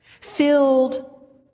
filled